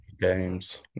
games